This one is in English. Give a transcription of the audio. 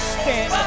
stand